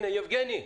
יבגני,